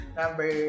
number